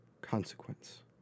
consequence